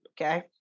Okay